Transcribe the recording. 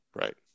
Right